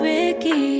Ricky